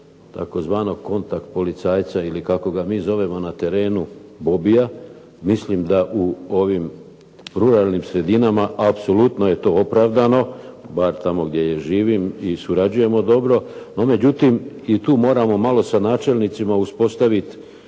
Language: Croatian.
tzv. kontakt policajca ili kako ga mi zovemo na terenu bobija, mislim da u ovim ruralnim sredinama apsolutno je to opravdano, bar tamo gdje ja živim i surađujemo dobro. No, međutim i tu moramo malo sa načelnicima uspostaviti